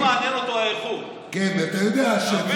לא מעניין אותו האיכות, אתה מבין?